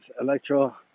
electro